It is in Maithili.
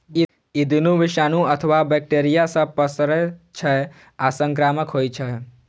ई दुनू विषाणु अथवा बैक्टेरिया सं पसरै छै आ संक्रामक होइ छै